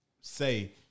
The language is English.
say